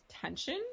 tension